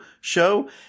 show